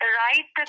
right